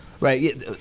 Right